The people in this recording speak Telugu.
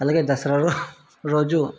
అలాగే దసరా రోజు